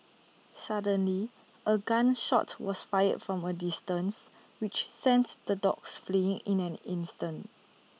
suddenly A gun shot was fired from A distance which sents the dogs fleeing in an instant